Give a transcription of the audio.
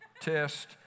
test